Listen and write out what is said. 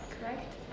Correct